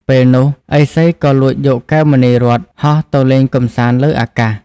ពេលនោះឥសីក៏លួចយកកែវមណីរត្ន ហោះទៅលេងកម្សាន្តលើអាកាស។